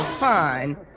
Fine